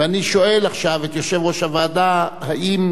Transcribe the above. אני שואל עכשיו את יושב-ראש הוועדה, האם